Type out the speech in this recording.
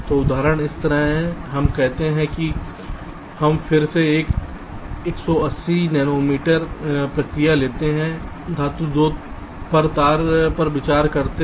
तो उदाहरण इस तरह है हम कहते हैं कि हम फिर से एक 180 नैनोमीटर प्रक्रिया लेते हैं हम धातु 2 तार पर विचार करते हैं